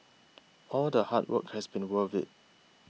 all the hard work has been worth it